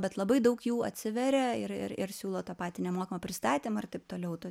bet labai daug jų atsiveria ir ir ir siūlo tą patį nemokamą pristatymą ir taip toliau tu